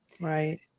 Right